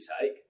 take